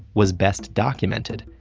was best documented,